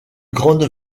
grande